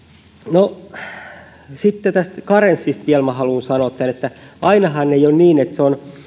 no sitten tästä karenssista vielä haluan sanoa tämän että ainahan ei ole niin että